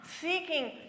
seeking